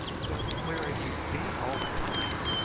but where have you been all the time?